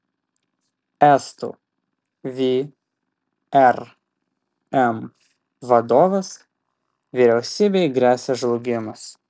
estų vrm vadovas vyriausybei gresia žlugimas